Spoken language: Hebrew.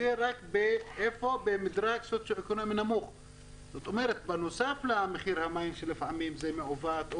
זאת אומרת שבנוסף למחיר המים שלפעמים זה מעוות,